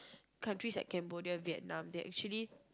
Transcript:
countries like Cambodia Vietnam they actually